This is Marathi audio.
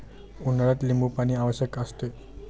उन्हाळ्यात लिंबूपाणी आवश्यक असते